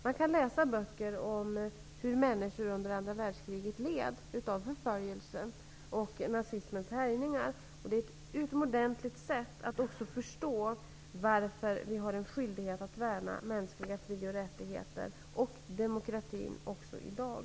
Man kan läsa böcker om hur människor under andra världskriget led av förföljelse och nazismens härjningar. Det är ett utomordentligt sätt för att också förstå varför vi har en skyldighet att värna mänskliga fri och rättigheter och demokratin också i dag.